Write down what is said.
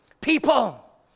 people